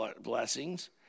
blessings